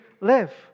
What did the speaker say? live